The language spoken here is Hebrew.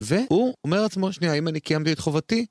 והוא אומר לעצמו, שנייה, אם אני קיימתי את חובתי?